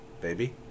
baby